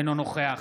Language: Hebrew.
אינו נוכח